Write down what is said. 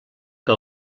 que